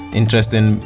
interesting